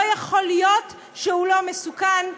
לא יכול להיות שהוא לא מסוכן,